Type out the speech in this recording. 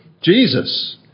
Jesus